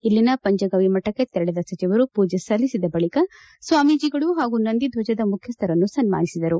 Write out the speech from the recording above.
ಇಲ್ಲಿನ ಪಂಚಗವಿ ಮಠಕ್ಕೆ ತೆರಳಿದ ಸಚಿವರು ಪೂಜೆ ಸಲ್ಲಿಸಿದ ಬಳಿಕ ಸ್ವಾಮೀಜಿಗಳು ಹಾಗೂ ನಂದಿಧ್ವಜದ ಮುಖ್ಯಸ್ಥರನ್ನು ಸನ್ಮಾನಿಸಿದರು